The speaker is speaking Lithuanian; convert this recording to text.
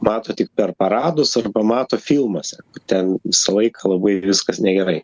mato tik per paradus arba mato filmuose ten visą laiką labai viskas negerai